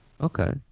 Okay